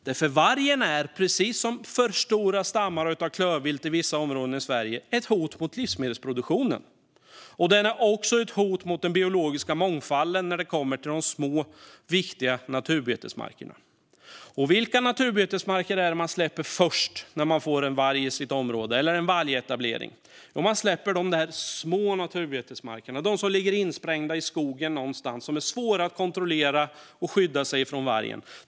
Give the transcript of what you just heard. Vargen är nämligen, precis som alltför stora stammar av klövvilt i vissa områden i Sverige, ett hot mot livsmedelsproduktionen. Den är också ett hot mot den biologiska mångfalden när det gäller de små, viktiga naturbetesmarkerna. Vilka naturbetesmarker är det man släpper först när man får en vargetablering i sitt område? Jo, man släpper de små naturbetesmarkerna, de som ligger insprängda i skogen någonstans och är svåra att kontrollera och skydda från vargen.